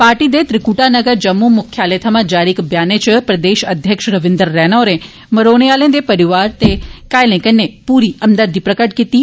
party दे त्रिकटा नगर जम्मू मुख्यालय थवां जारी इक ब्यानै च प्रदेश अध्यक्ष रविन्द्र रैणा होरें मरोने आलें दे परिवारें ते घायले कन्नै पुरी हमदर्दी प्रकट कीती ऐ